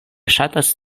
ŝatas